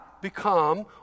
become